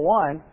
one